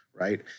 right